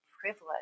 privilege